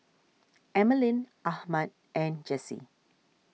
Emaline Ahmed and Jessy